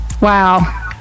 Wow